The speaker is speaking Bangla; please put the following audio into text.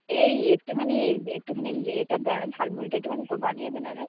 এই একটুখানি একটুখানি এটা দে ঝালমুড়িটা একটুখানি কো বানিয়ে দে না রে